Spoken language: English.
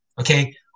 okay